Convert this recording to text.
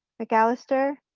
mcallister,